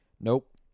nope